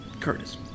Curtis